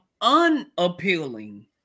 unappealing